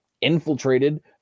infiltrated